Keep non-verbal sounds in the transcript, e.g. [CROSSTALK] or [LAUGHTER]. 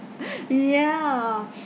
[LAUGHS] yeah